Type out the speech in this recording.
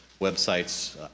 websites